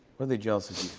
are they jealous